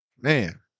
Man